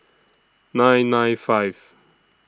nine nine five